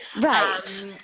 Right